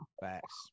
Facts